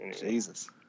Jesus